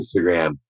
Instagram